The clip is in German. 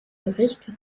bericht